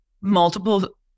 Multiple